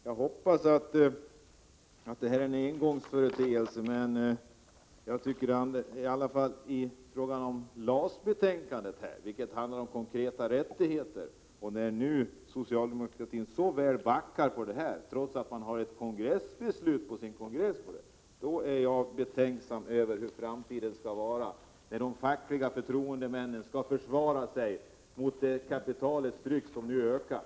Jag hoppas att detta är en engångsföreteelse, men vi har nu ett LAS betänkande som handlar om konkreta rättigheter, och socialdemokraterna backar i den här frågan trots att man har ett kongressbeslut bakom sig. Då blir jag betänksam över hur framtiden kommer att bli, när de fackliga förtroendemännen skall försvara sig mot det tryck från kapitalet som nu ökar.